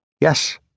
Yes